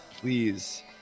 Please